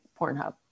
Pornhub